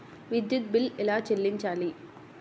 విద్యుత్ బిల్ ఎలా చెల్లించాలి?